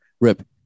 rip